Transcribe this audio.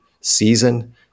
season